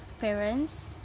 parents